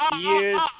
years